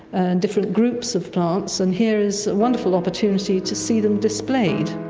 and different groups of plants, and here is a wonderful opportunity to see them displayed.